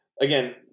again